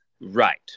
Right